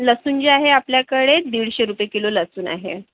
लसूण जे आहे आपल्याकडे दीडशे रुपये किलो लसूण आहे